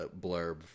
blurb